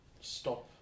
stop